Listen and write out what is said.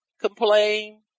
complain